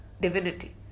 divinity